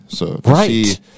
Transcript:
Right